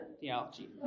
theology